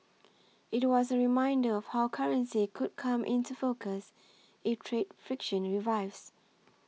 it was a reminder of how currency could come into focus if trade friction revives